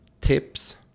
tips